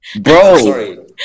Bro